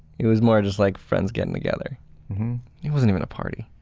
it was more just like friends getting together it wasn't even a party,